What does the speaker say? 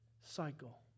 cycle